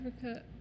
Africa